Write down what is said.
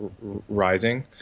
rising